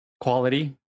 quality